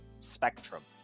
spectrum